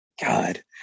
God